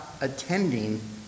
attending